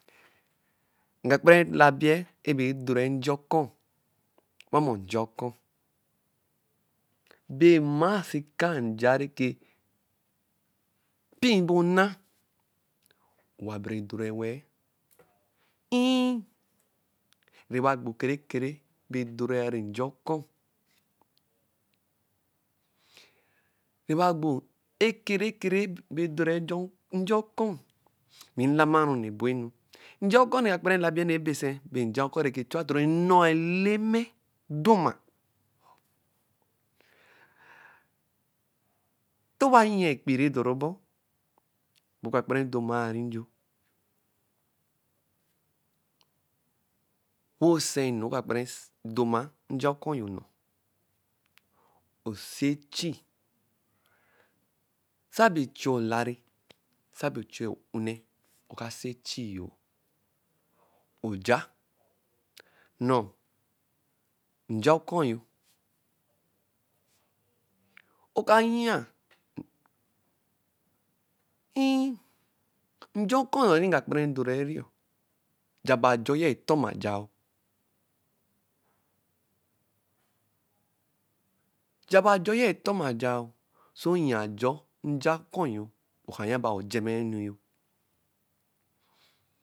Mga kpara elabie ebe dorɛ nja ɔkɔ owa mɔ nja ɔkɔ, bɛ mmasi akaa njas reke mpii ebo-onna, o-wa bere dora wɛɛ. Err. newa gbo kere kesre bɛ doriari nja ɔkɔ. Nɛ wa gbo ekere kere bɛ dorɛ nja ɔkɔ. Mɛ nlasma-ru nne ebo enu; nja ɔkɔ nnɔ neke rɛ ka kpara elabi-e enu rɛ basɛ bɛ nja ɔkɔ nekere chua toro nno-o Eleme doma. Ntɔ owa nyia ekpii rɛ doru ɔbor, wɛ oka kpara edo maa ri njob. wɛ osɛ enu rɔ oka kpara edoma nja ɔkɔ yo-o, wɛ osi echi. Sabe echii olare, sabe echii o-une, ɔka se echii yo. Wɔ oya nnɔ:nja ɔkɔ yo; ɔka yia nja ɔkɔ ayɔni niga kpara edorɛ riɔ, ja ebe ajoye etoma ja-a?ja ebe ajoye etoma ja-aa?se oyia ojo nja ɔkɔ yo, ɔka ya bɛ a-o ejama-a enu yo.